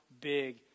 big